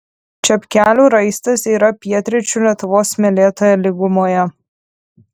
čepkelių raistas yra pietryčių lietuvos smėlėtoje lygumoje